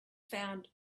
found